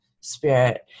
spirit